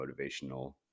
motivational